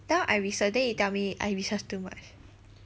now I research then you tell me I research too much